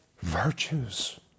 virtues